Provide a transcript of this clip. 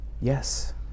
yes